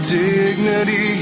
dignity